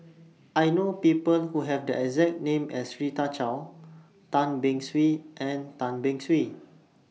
I know People Who Have The exact name as Rita Chao Tan Beng Swee and Tan Beng Swee